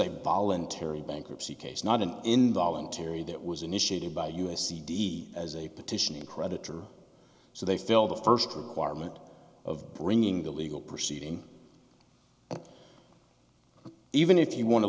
a voluntary bankruptcy case not an involuntary that was initiated by us c d as a petition creditor so they fill the first requirement of bringing the legal proceeding but even if you want to